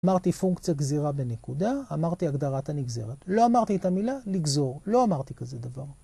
אמרתי פונקציה גזירה בנקודה, אמרתי הגדרת הנגזרת, לא אמרתי את המילה לגזור, לא אמרתי כזה דבר.